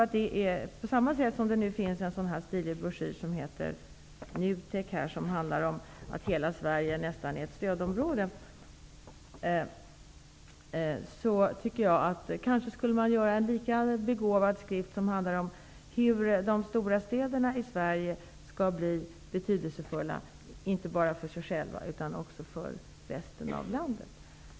NUTEK har en stilig broschyr, av vilken framgår att nästan hela Sverige är ett stödområde. Kanske skulle det gå att göra en lika begåvad skrift om hur de stora städerna i Sverige kan bli betydelsefulla för sig själva och för resten av landet.